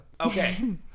Okay